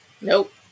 Nope